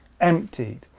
emptied